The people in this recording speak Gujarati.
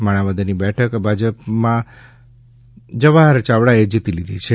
માણાવદરની બેઠક ભાજપના જવાહર ચાવડાએ જીતી લીધી છે